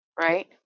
right